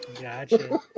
Gotcha